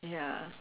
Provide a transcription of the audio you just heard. ya